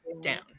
down